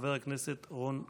חבר הכנסת רון כץ,